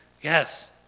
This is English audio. Yes